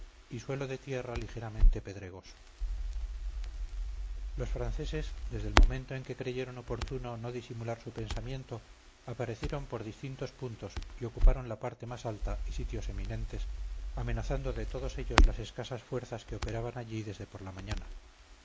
y suelo de tierra ligeramente pedregoso los franceses desde el momento en que creyeron oportuno no disimular su pensamiento aparecieron por distintos puntos y ocuparon la parte más alta y sitios eminentes amenazando de todos ellos las escasas fuerzas que operaban allí desde por la mañana